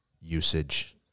usage